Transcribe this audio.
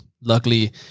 luckily